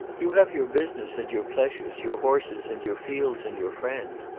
you have your business and your pleasures, your horses and your fields and your friends.